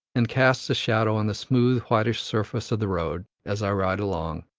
and casts a shadow on the smooth whitish surface of the road, as i ride along,